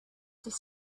this